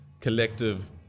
collective